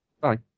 Bye